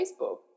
Facebook